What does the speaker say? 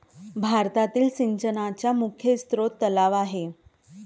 भारतातील सिंचनाचा मुख्य स्रोत तलाव आहे